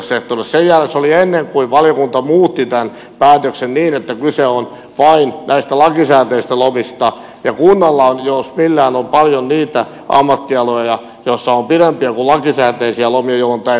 se oli ennen kuin valiokunta muutti tämän päätöksen niin että kyse on vain näistä lakisääteisistä lomista ja kunnalla jos millään on paljon niitä ammattialoja joilla on pidempiä kuin lakisääteisiä lomia jolloin tämä ei vaikuta